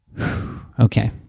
Okay